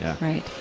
Right